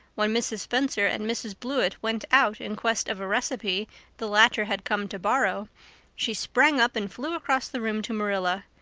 when mrs. spencer and mrs. blewett went out in quest of a recipe the latter had come to borrow she sprang up and flew across the room to marilla.